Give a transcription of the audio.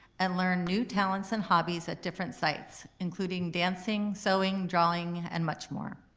and learn new talents and hobbies at different sites, including dancing, sewing, drawing and much more.